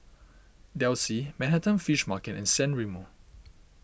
Delsey Manhattan Fish Market and San Remo